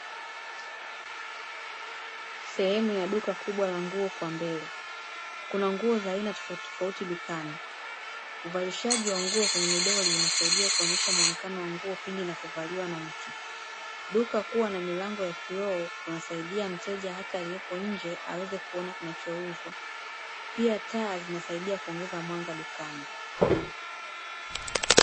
Sehemu ya duka kubwa la nguo kwa mbele, kuna nguo za aina tofauti tofauti dukani. Uvalishaji wa nguo kwenye midoli inasaidia kuonyesha muonekano wa nguo pindi inapovaliwa na mtu. Duka kuwa na milango ya kioo kunasaidia mteja hata aliyeko nje aweze kuona kinachouzwa, pia taa zinasaidia kuongeza mwanga dukani.